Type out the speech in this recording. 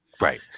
Right